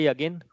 Again